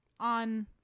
on